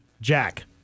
Jack